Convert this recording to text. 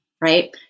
right